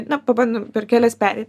na pabandom per kelias pereit